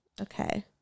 okay